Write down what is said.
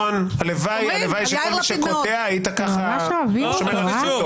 רון, הלוואי שכל מי שקוטע היית כך שומר על זכותו.